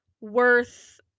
worth